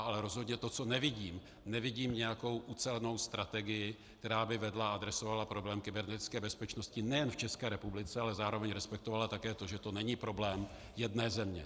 Ale rozhodně to, co nevidím, nevidím nějakou ucelenou strategii, která by vedla a adresovala problém kybernetické bezpečnosti nejen v České republice, ale zároveň respektovala také to, že to není problém jedné země.